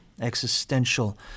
existential